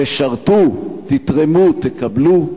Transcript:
תשרתו, תתרמו, תקבלו,